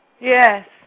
yes